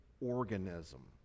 organism